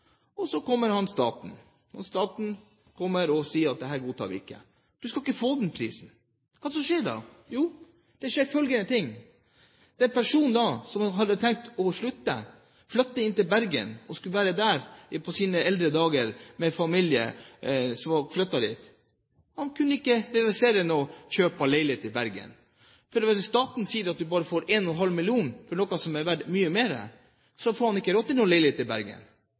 og så kommer han Staten. Staten kommer og sier at dette godtar vi ikke, du skal ikke få den prisen. Hva skjer da? Jo, følgende skjer: Den personen som hadde tenkt å slutte og flytte inn til Bergen og være der på sine eldre dager med familien som hadde flyttet dit, kunne ikke realisere kjøp av leilighet i Bergen. For når staten sier at han bare får 1,5 mill. kr, for noe som er verdt mye mer, har han ikke råd til en leilighet i Bergen.